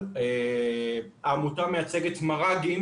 העמותה מייצגת מרכזים